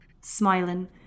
smiling